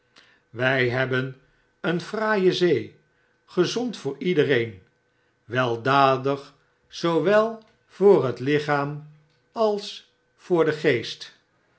wij hebben een fraaje zee gezond vo n iedereen weldadig zoowel voor het lichaam lis voor den geest